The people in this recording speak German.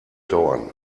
dauern